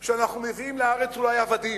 חשבו שאנחנו מביאים לארץ, אולי עבדים.